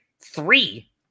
three